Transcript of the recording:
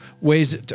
ways